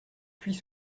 puis